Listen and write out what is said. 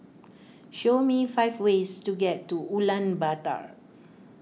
show me five ways to get to Ulaanbaatar